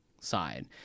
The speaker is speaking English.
side